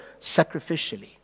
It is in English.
sacrificially